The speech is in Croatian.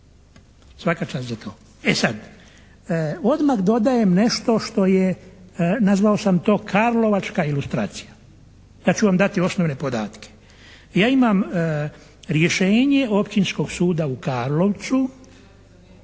svaka čast za to. E sad, odmah dodajem nešto što je nazvao sam to karlovačka ilustracija. Pa ću vam dati osnovne podatke. Ja imam rješenje Općinskog suda u Karlovcu